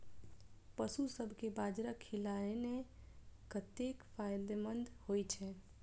पशुसभ केँ बाजरा खिलानै कतेक फायदेमंद होइ छै?